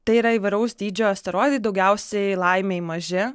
tai yra įvairaus dydžio asteroidai daugiausiai laimei maži